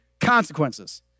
consequences